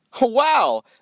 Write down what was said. Wow